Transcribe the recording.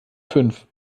fünf